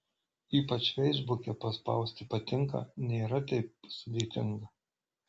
ypač feisbuke paspausti patinka nėra taip sudėtinga